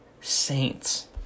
saints